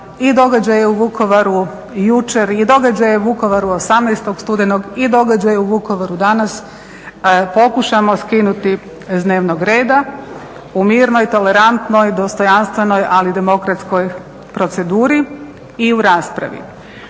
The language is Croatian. i događaje u Vukovaru jučer i događaje u Vukovaru 18. studenog i događaje u Vukovaru danas, pokušamo skinuti s dnevnog reda u mirnoj, tolerantnoj, dostojanstvenoj, ali demokratskoj proceduri i u raspravi